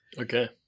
Okay